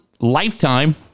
Lifetime